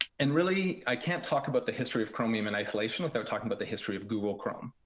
and really, i can't talk about the history of chromium in isolation without talking about the history of google chrome.